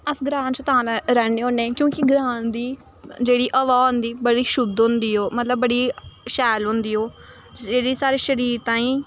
अस ग्रां च तां रैह्ने होन्नें क्योंकि ग्रां दी जेह्ड़ी हवा होंदी बड़ी शुद्ध होंदी ओह् मतलब बड़ी शैल होंदी ओह् जेह्ड़ी साढ़े शरीर ताईं